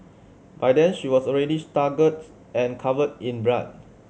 by then she was already staggering and covered in blood